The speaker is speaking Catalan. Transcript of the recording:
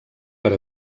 per